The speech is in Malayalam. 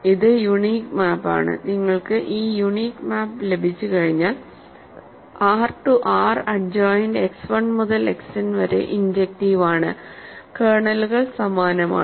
ഇത് യൂണീക് മാപ്പ് ആണ് നിങ്ങൾക്ക് ഈ യൂണീക് മാപ്പ് ലഭിച്ചുകഴിഞ്ഞാൽ R to R adjoint X 1 മുതൽ X n വരെ ഇൻജെക്ടിവ് ആണ് കേർണലുകൾ സമാനമാണ്